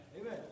Amen